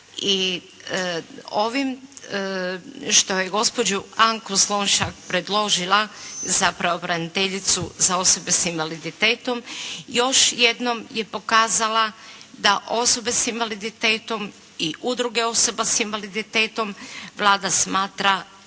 I ovim što je gospođu Anku Slonjšak predložila za pravobraniteljicu za osobe s invaliditetom još jednom je pokazala da osobe sa invaliditetom i udruge osoba sa invaliditetom Vlada smatra